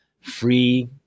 free